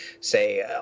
say